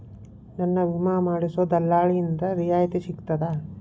ನನ್ನ ವಿಮಾ ಮಾಡಿಸೊ ದಲ್ಲಾಳಿಂದ ರಿಯಾಯಿತಿ ಸಿಗ್ತದಾ?